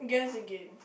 guess again